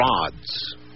rods